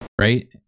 Right